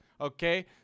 okay